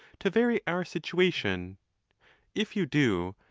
to vary our situation if you do,